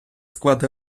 склад